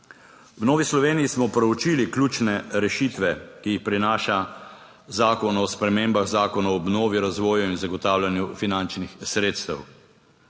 V Novi Sloveniji smo proučili ključne rešitve, ki jih prinaša Zakon o spremembah Zakona o obnovi, razvoju in zagotavljanju finančnih sredstev.